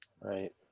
Right